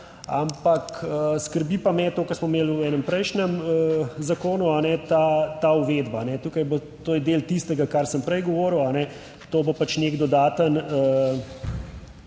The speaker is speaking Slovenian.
Ampak skrbi pa me to, kar smo imeli v enem prejšnjem zakonu, ta uvedba tukaj bo. To je del tistega kar sem prej govoril, to bo pač nek dodaten